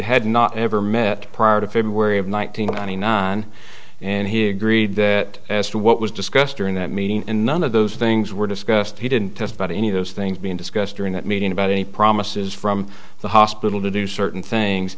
had not ever met prior to february of one thousand nine hundred nine and he agreed that as to what was discussed during that meeting and none of those things were discussed he didn't test about any of those things being discussed during that meeting about any promises from the hospital to do certain things